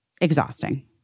exhausting